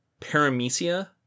paramecia